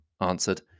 answered